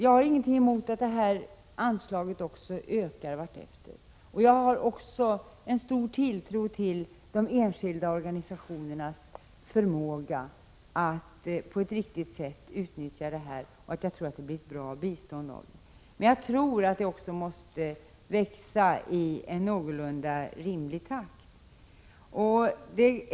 Jag har ingenting emot att det anslaget ökar vartefter, och jag har också en stor tilltro till de enskilda organisationernas förmåga att på ett riktigt sätt utnyttja pengarna. Jag tror att det blir ett bra bistånd av det här anslaget, men jag tror också att det måste växa i någorlunda rimlig takt.